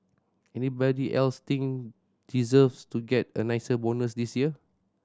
anybody else think deserves to get a nicer bonus this year